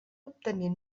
obtenir